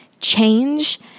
change